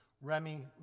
Remy